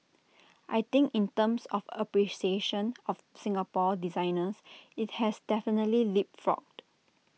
I think in terms of appreciation of Singapore designers IT has definitely leapfrogged